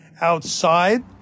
outside